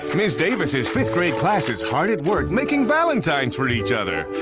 ms. davis's fifth grade class is hard at work making valentines for each other.